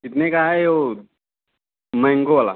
कितने का है वो मैंगो वाला